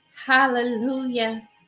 Hallelujah